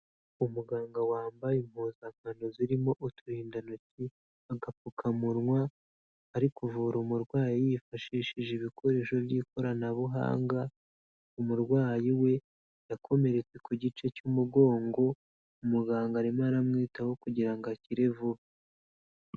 Umuganga wambaye impuzankano zirimo uturindantoki, agapfukamunwa, ari kuvura umurwayi yifashishije ibikoresho by'ikoranabuhanga, umurwayi we yakomeretse ku gice cy'umugongo, umuganga arimo aramwitaho kugira ngo akire vuba.